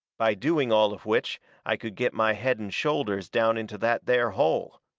by doing all of which i could get my head and shoulders down into that there hole.